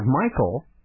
Michael